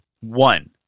One